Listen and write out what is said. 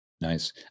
Nice